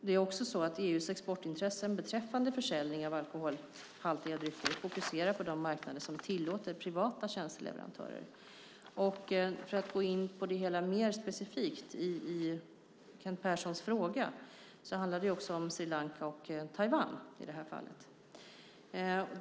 Det är också så att EU:s exportintressen beträffande försäljning av alkoholhaltiga drycker fokuserar på de marknader som tillåter privata tjänsteleverantörer. Jag kan gå in på det hela mer specifikt i Kent Perssons fråga. Det handlar också om Sri Lanka och Taiwan, i det här fallet.